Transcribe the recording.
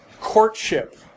courtship